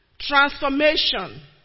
Transformation